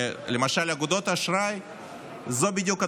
למשל, אגודות אשראי זו בדיוק הדוגמה.